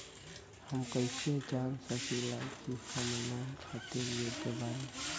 हम कईसे जान सकिला कि हम लोन खातिर योग्य बानी?